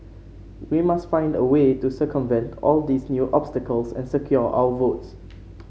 we must find a way to circumvent all these new obstacles and secure our votes